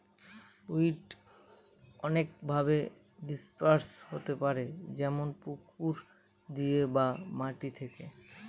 weed অনেকভাবে disperse হতে পারে যেমন পুকুর দিয়ে বা মাটি থেকে